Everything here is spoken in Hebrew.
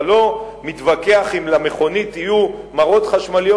אתה לא מתווכח שלמכונית יהיו מראות חשמליות